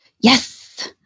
Yes